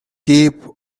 keep